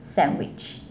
sandwich